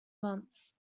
months